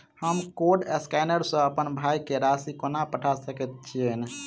हम code scanner सँ अप्पन भाय केँ राशि कोना पठा सकैत छियैन?